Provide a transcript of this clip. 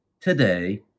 today